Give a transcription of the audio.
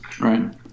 right